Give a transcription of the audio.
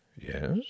Yes